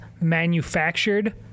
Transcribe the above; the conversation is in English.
manufactured